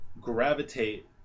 gravitate